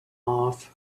off